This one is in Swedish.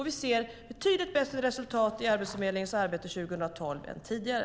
Vi ser ett betydligt bättre resultat i Arbetsförmedlingens arbete 2012 än tidigare.